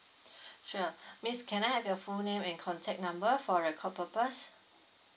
sure miss can I have your full name and contact number for record purpose